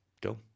go